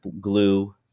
glue